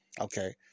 Okay